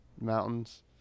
mountains